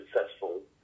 successful